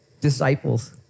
disciples